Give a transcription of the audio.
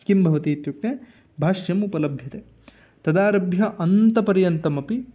किं भवति इत्युक्ते भाष्यम् उपलभ्यते तदारभ्य अन्तपर्यन्तमपि